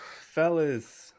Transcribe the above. fellas